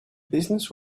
business